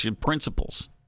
principles